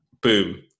boom